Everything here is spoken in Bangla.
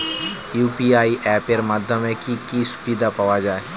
ইউ.পি.আই অ্যাপ এর মাধ্যমে কি কি সুবিধা পাওয়া যায়?